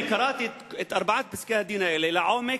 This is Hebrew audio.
אני קראתי את ארבעת פסקי-הדין האלה לעומק.